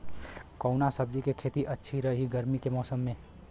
कवना सब्जी के खेती अच्छा रही गर्मी के मौसम में?